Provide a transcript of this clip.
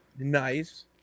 Nice